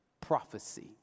Prophecy